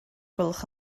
gwelwch